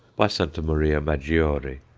by santa maria maggiore,